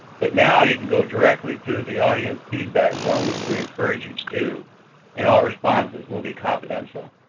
but now you can go directly to the audience feedback form which we encourage you to do and all responses will be confidential.